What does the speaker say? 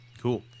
cool